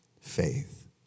faith